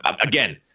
Again